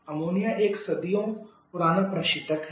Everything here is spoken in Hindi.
अमोनिया एक सदियों पुराना प्रशीतक है